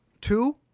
Two